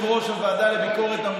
עוד קצת,